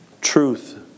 truth